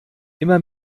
immer